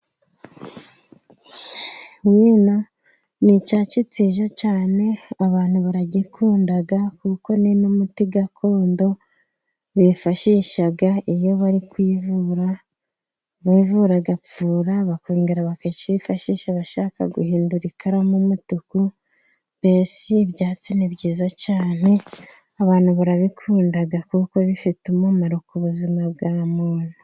Wino ni icyatsi cyiza cyane, abantu baragikunda kuko ni n'umuti gakondo bifashisha iyo bari kwivura; bivura gapfura, bakongera bakacyifashisha bashaka guhindura ikaramu umutuku, mbese ibyatsi ni byiza cyane abantu barabikunda kuko bifite umumaro ku buzima bwa muntu.